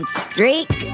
streak